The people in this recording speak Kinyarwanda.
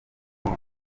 none